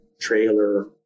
trailer